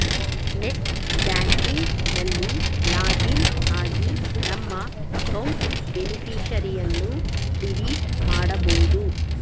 net banking ನಲ್ಲಿ login ಆಗಿ ನಮ್ಮ ಅಕೌಂಟ್ ಬೇನಿಫಿಷರಿಯನ್ನು ಡಿಲೀಟ್ ಮಾಡಬೋದು